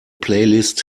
playlist